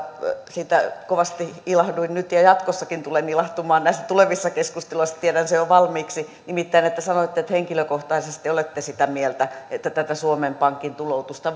siitä kovasti ilahduin nyt ja jatkossakin näissä tulevissa keskusteluissa tulen ilahtumaan tiedän sen jo valmiiksi että sanoitte että henkilökohtaisesti olette sitä mieltä että tätä suomen pankin tuloutusta